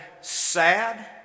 sad